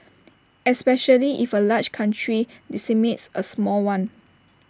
especially if A large country decimates A small one